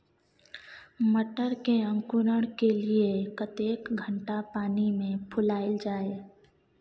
मटर के अंकुरण के लिए कतेक घंटा पानी मे फुलाईल जाय?